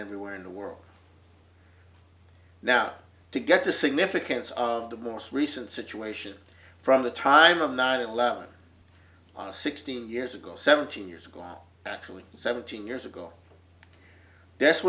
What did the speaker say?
everywhere in the world now to get the significance of the most recent situation from the time of nine eleven sixteen years ago seventeen years ago actually seventeen years ago this